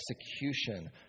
execution